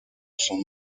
son